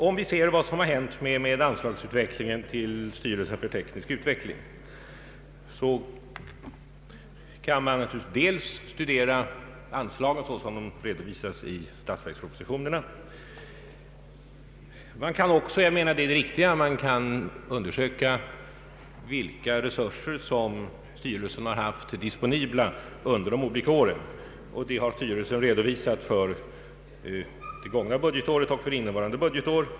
Om man skall se på vad som hänt med anslagen till styrelsen för teknisk utveckling kan man dels studera anslagen såsom de redovisas i statsverkspropositionerna, dels också — och jag menar att det är det riktiga — undersöka vilka resurser som styrelsen har haft disponibla under de olika åren. Det senare har styrelsen redovisat för det gångna budgetåret och för innevarande budgetår.